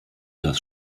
das